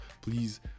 please